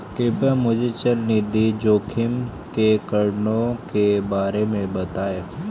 कृपया मुझे चल निधि जोखिम के कारणों के बारे में बताएं